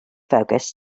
focus